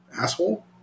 Asshole